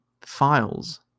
files